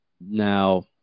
now